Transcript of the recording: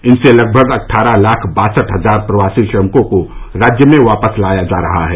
इनसे लगभग अट्ठारह लाख बासठ हजार प्रवासी श्रमिकों को राज्य में वापस लाया जा रहा है